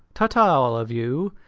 ta-ta, all of you.